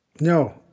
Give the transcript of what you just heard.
No